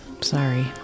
Sorry